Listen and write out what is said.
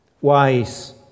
wise